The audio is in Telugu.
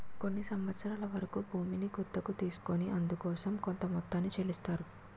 కొన్ని సంవత్సరాల వరకు భూమిని గుత్తకు తీసుకొని అందుకోసం కొంత మొత్తాన్ని చెల్లిస్తారు